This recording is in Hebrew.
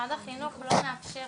שמשרד החינוך לא מאפשר